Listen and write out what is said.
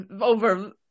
over